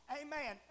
amen